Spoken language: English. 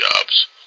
jobs